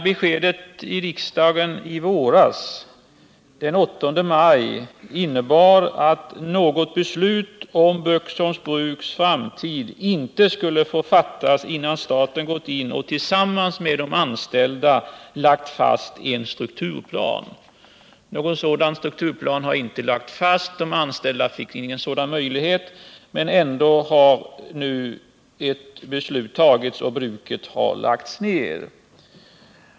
Beskedet i riksdagen den 8 maj innebar att något beslut om Böksholms bruks framtid inte skulle få fattas innan staten tillsammans med de anställda vid bruket fastlagt en strukturplan. Någon sådan strukturplan har dock inte lagts fast — de anställda fick ingen sådan möjlighet — men ändå har nu ett beslut fattats och bruket har lagts ned.